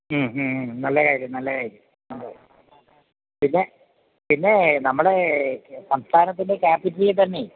നല്ല കാര്യം നല്ല കാര്യം പിന്നെ പിന്നേ നമ്മുടെ സംസ്ഥാനത്തിൻ്റെ ക്യാപ്പിറ്റലിൽ തന്നേ